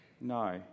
No